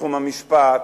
בתחום המשפט,